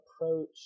approach